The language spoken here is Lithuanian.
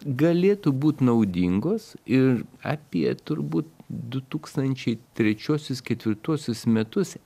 galėtų būt naudingos ir apie turbūt du tūkstančiai trečiuosius ketvirtuosius metus